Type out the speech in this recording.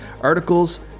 articles